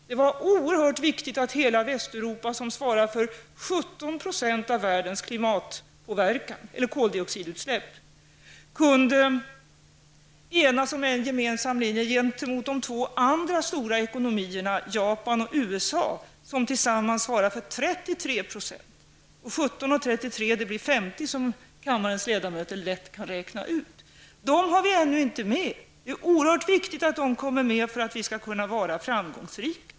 Det var oerhört viktigt att hela Västeuropa, som svarar för 17 % av världens klimatpåverkan när det gäller koldixidutsläpp, kunde enas om en gemensam linje gentemot de två andra stora ekonomierna, Japan och USA, som tillsammans svarar för 33 %. 17 plus 33 blir 50, som kammarens ledamöter lätt kan räkna ut. Vi har inte dessa länder med oss ännu. För att vi skall kunna vara framgångsrika är det oerhört viktigt att de kommer med.